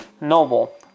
noble